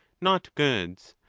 not goods,